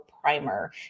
Primer